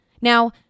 Now